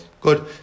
Good